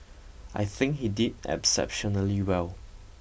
I think he did exceptionally well